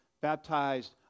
baptized